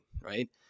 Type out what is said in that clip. right